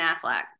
Affleck